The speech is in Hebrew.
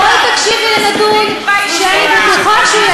בואי תקשיבי לנתון שאני בטוחה שהוא יעניין אותך.